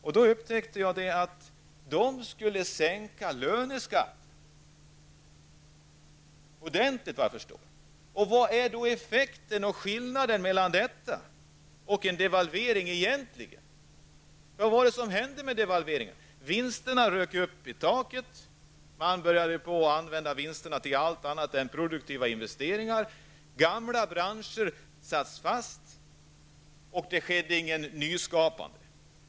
Jag upptäckte då att moderaterna förespråkade en sänkning av löneskatten -- och en ordentlig sänkning, efter vad jag förstår. Vad är då egentligen skillnaden mellan detta och en devalvering? Vad var det som hände efter devalveringen? Jo, vinsterna rök upp i taket, och man började använda vinsterna till allt annat än produktiva investeringar. Gamla branscher satt fast, och det blev inte fråga om något nyskapande.